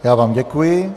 Já vám děkuji.